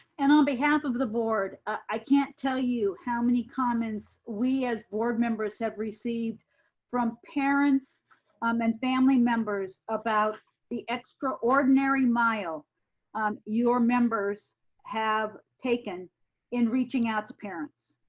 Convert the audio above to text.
and on behalf of the board, i can't tell you how many comments we as board members have received from parents um and family members about the extraordinary mile um your members have taken in reaching out to parents.